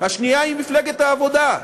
השנייה היא מפלגת העבודה.